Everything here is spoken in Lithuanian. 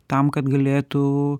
tam kad galėtų